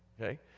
Okay